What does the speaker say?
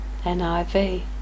NIV